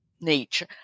nature